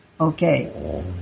Okay